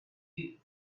you